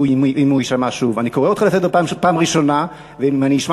ואל תאיים